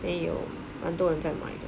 他有蛮多人在买的